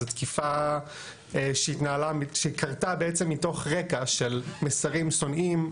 זו תקיפה שקרתה בעצם מתוך רקע של מסרים שונאים,